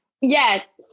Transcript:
Yes